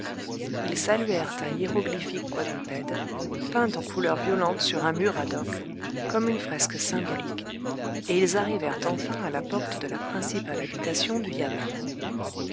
ils saluèrent un hiéroglyphique quadrupède peint en couleurs violentes sur un mur ad hoc comme une fresque symbolique et ils arrivèrent enfin à la porte de la principale habitation du yamen